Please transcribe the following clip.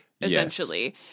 essentially